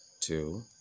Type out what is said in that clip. two